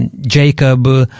Jacob